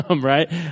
right